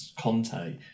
Conte